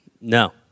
No